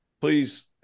please